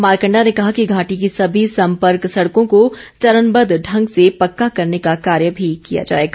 मारकंडा ने कहा कि घाटी की सभी सम्पर्क सड़कों को चरणबद्व ढंग से पक्का करने का कार्य किया जाएगा